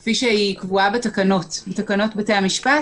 כפי שדורשות התקנות היום,